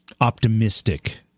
optimistic